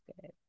good